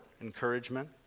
encouragement